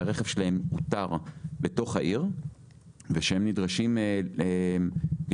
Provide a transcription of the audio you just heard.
שהרכב שלהם אותר בתוך העיר ושהם נדרשים לפעול